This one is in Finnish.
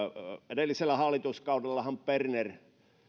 edellisellä hallituskaudellahan berner